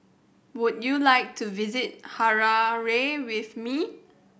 would you like to visit Harare with me